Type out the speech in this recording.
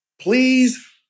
Please